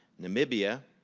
namibia,